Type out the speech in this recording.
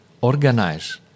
organize